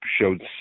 showed